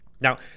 Now